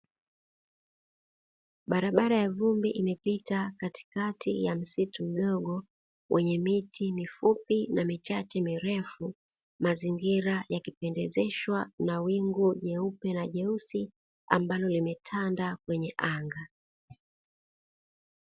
Barabara ya vumbi imepita katikati ya msitu mdogo wenye miti mifupi na michache mirefu, mazingira yakipendezeshwa na wingu jeupe na jeusi, ambalo limetanda kwenye anga.